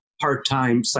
part-time